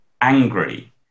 angry